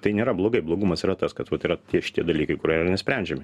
tai nėra blogai blogumas yra tas kad vat yra tie šitie dalykai kurie yra nesprendžiami